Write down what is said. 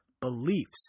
beliefs